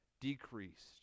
decreased